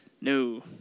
No